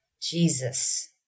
Jesus